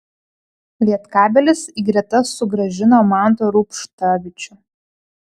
lietkabelis į gretas sugrąžino mantą rubštavičių